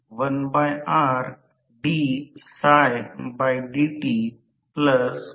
तर ते power phase आहे जे आपण P a म्हणतो आता PG म्हणजे काय